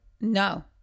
No